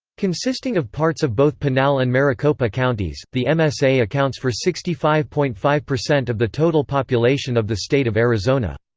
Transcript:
consisting of parts of both pinal and maricopa counties, the msa accounts for sixty five point five of the total population of the state of arizona.